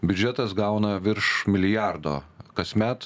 biudžetas gauna virš milijardo kasmet